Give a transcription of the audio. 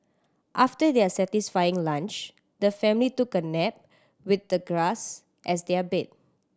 after their satisfying lunch the family took a nap with the grass as their bed